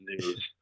news